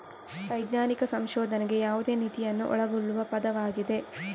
ವೈಜ್ಞಾನಿಕ ಸಂಶೋಧನೆಗೆ ಯಾವುದೇ ನಿಧಿಯನ್ನು ಒಳಗೊಳ್ಳುವ ಪದವಾಗಿದೆ